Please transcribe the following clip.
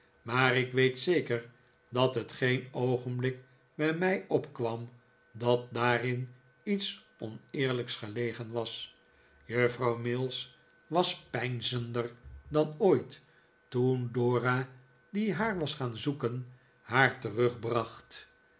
maar ik weet zeker dat het geen oogenblik bij mij opkwam dat daarin iets oneerlijks gelegen was juffrouw mills was peinzender dan ooit toen dora die haar was gaan zoeken haar terugbracht